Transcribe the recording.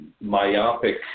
myopic